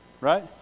Right